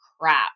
crap